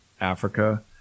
Africa